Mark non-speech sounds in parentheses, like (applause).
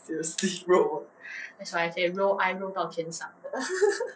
seriously bro (laughs)